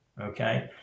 Okay